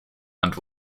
and